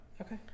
Okay